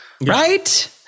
Right